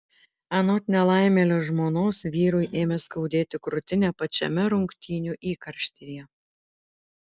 anot nelaimėlio žmonos vyrui ėmė skaudėti krūtinę pačiame rungtynių įkarštyje